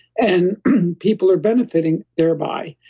and people are benefiting thereby,